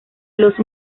los